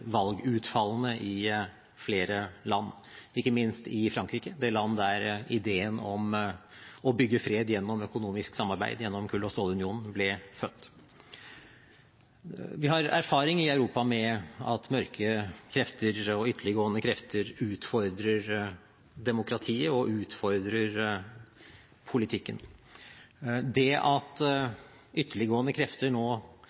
i flere land, ikke minst i Frankrike, det land der ideen om å bygge fred gjennom økonomisk samarbeid gjennom kull- og stålunionen ble født. Vi har erfaring i Europa med at mørke krefter og ytterliggående krefter utfordrer demokratier og utfordrer politikken. Det at ytterliggående krefter nå